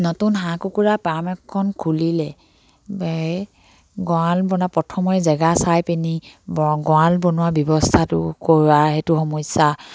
নতুন হাঁহ কুকুৰা ফাৰ্ম এখন খুলিলে গঁৰাল বনোৱা প্ৰথমে জেগা চাই পিনি গঁৰাল বনোৱা ব্যৱস্থাটো কৰাইটো সমস্যা